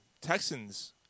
Texans